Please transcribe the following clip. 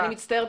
אני מצטערת,